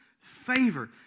favor